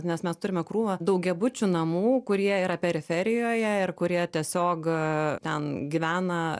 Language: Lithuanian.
nes mes turime krūvą daugiabučių namų kurie yra periferijoje ir kurie gyvena